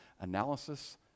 analysis